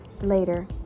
Later